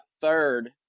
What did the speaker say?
third